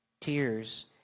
Tears